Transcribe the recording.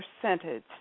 percentage